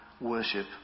worship